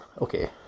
okay